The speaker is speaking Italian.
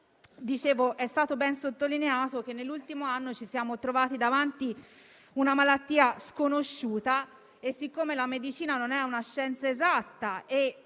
- è stato ben sottolineato che nell'ultimo anno ci siamo trovati davanti a una malattia sconosciuta. La medicina non è una scienza esatta,